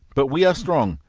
but we are strong,